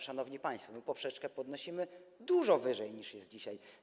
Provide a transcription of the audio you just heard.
Szanowni państwo, my poprzeczkę podnosimy dużo wyżej, niż to jest dzisiaj.